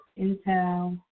Intel